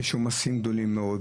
יש עומסים גדולים מאוד,